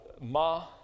ma